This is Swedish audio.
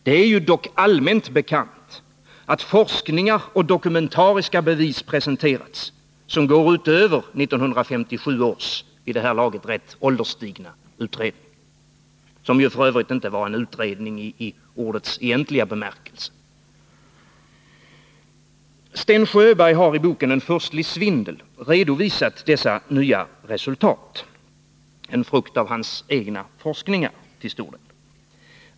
Det är dock allmänt bekant att forskningar och dokumentariska bevis presenterats som går utöver 1957 års vid det här laget rätt ålderstigna utredning — som f. ö. inte var en utredning i ordets egentliga bemärkelse. Sten Sjöberg har i boken En furstlig svindel redovisat dessa nya resultat, tillstor del en frukt av hans egna forskningar.